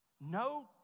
No